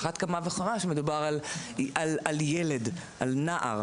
על אחת כמה וכמה כשמדובר על ילד, על נער.